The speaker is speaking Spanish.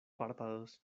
párpados